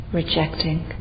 rejecting